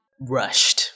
rushed